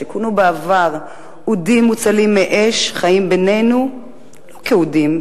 שכונו בעבר "אודים מוצלים מאש" חיים בינינו לא כאודים,